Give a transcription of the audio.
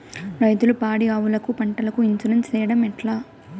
రైతులు పాడి ఆవులకు, పంటలకు, ఇన్సూరెన్సు సేయడం ఎట్లా?